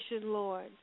Lord